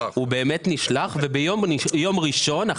ביום ראשון,